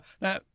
Now